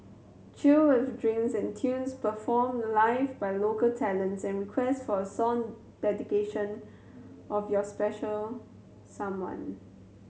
chill with drinks and tunes performed live by local talents and request for a song dedication of your special someone